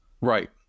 Right